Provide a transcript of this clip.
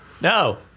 no